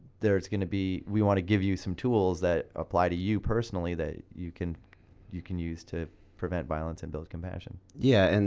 there's gonna be. we wanna give you some tools that apply to you personally that you can you can use to prevent violence and build compassion. seven and